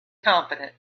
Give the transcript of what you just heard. confident